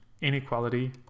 Inequality